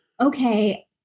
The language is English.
Okay